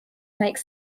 make